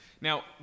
Now